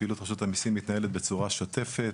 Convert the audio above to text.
פעילות רשות המיסים מתנהלת בצורה שוטפת,